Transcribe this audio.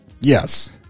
Yes